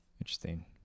Interesting